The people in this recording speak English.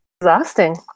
Exhausting